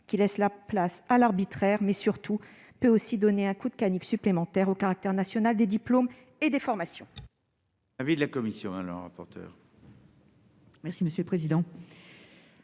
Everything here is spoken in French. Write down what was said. laisse la place à l'arbitraire. Surtout, il pourrait porter un coup de canif supplémentaire au caractère national des diplômes et des formations